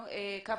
בבקשה, מקו לעובד,